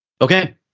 Okay